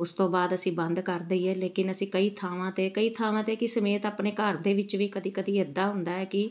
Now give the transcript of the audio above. ਉਸ ਤੋਂ ਬਾਅਦ ਅਸੀਂ ਬੰਦ ਕਰ ਦਈਏ ਲੇਕਿਨ ਅਸੀਂ ਕਈ ਥਾਵਾਂ 'ਤੇ ਕਈ ਥਾਵਾਂ 'ਤੇ ਕੀ ਸਮੇਤ ਆਪਣੇ ਘਰ ਦੇ ਵਿੱਚ ਵੀ ਕਦੇ ਕਦੇ ਇੱਦਾਂ ਹੁੰਦਾ ਹੈ ਕਿ